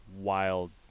wild